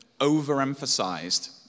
overemphasized